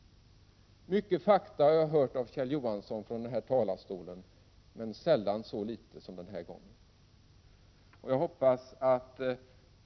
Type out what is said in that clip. Mycket fakta har jag hört från Kjell Johansson från denna talarstol, men sällan så litet som den här gången.